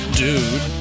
dude